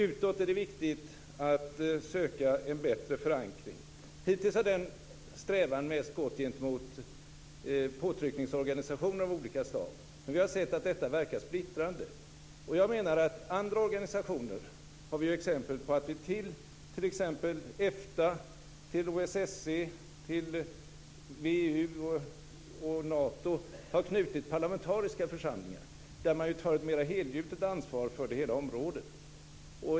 Utåt är det viktigt att söka en bättre förankring. Hittills har den strävan mest gått gentemot påtryckningsorganisationer av olika slag. Men vi har sett att detta verkar splittrande. Till andra organisationer - t.ex. till EFTA, OSSE, VEU och Nato - har vi exempelvis knutit parlamentariska församlingar där man tar ett mer helgjutet ansvar för hela området.